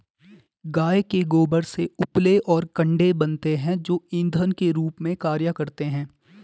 गाय के गोबर से उपले और कंडे बनते हैं जो इंधन के रूप में कार्य करते हैं